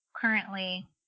currently